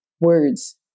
Words